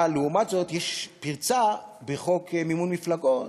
אבל, לעומת זאת, יש פרצה בחוק מימון מפלגות,